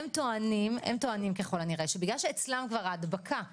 הם טוענים ככל הנראה שבגלל שאצלם ההדבקה נרחבת,